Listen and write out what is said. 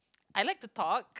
I like to talk